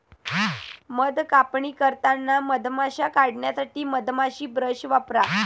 मध कापणी करताना मधमाश्या काढण्यासाठी मधमाशी ब्रश वापरा